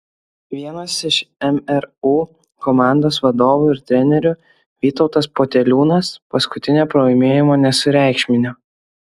vienas iš mru komandos vadovų ir trenerių vytautas poteliūnas paskutinio pralaimėjimo nesureikšmino